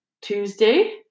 Tuesday